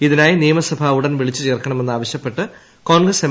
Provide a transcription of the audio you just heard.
ഇതിനായി നിയമസഭ ഉടൻ വിളിച്ചുചേർക്കണമെന്ന് ആവശ്യപ്പെട്ട് കോൺഗ്രസ് എം